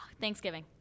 Thanksgiving